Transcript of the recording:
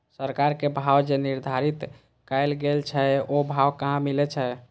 सरकार के भाव जे निर्धारित कायल गेल छै ओ भाव कहाँ मिले छै?